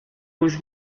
was